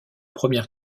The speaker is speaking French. premières